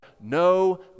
no